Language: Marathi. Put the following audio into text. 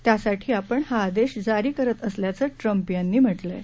त्यासाठी आपण हा आदेश जारी करत असल्याचं ट्रंप यांनी म्हा जिंय